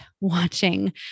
watching